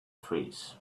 trees